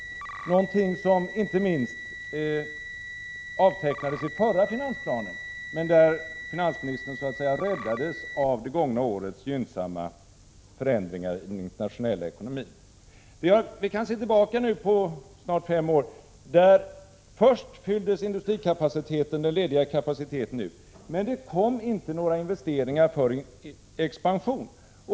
Det är någonting som inte minst avtecknades i förra finansplanen, men finansministern räddades så att säga av det gångna årets gynnsamma förändringar inom den internationella ekonomin. Vi kan se tillbaka på snart fem år. Först fylldes den lediga kapaciteten ut, men det kom inte några investeringar för en expansion.